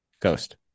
Ghost